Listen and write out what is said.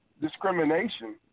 discrimination